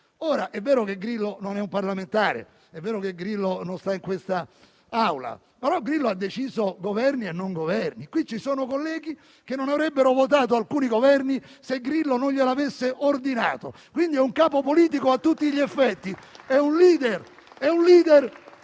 È vero che Grillo non è un parlamentare e che non sta in quest'Aula, però ha deciso Governi e non Governi; qui ci sono colleghi che non avrebbero votato alcuni Governi, se Grillo non glielo avesse ordinato, quindi è un capo politico a tutti gli effetti, un *leader*